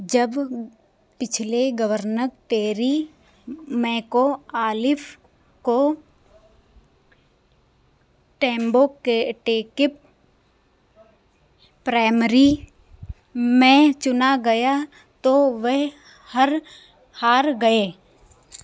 जब पिछले governor Terry McAuliffe को टेम्बोटेकीप प्राइमरी में चुना गया तो वह हार गया